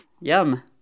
Yum